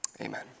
Amen